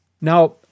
Now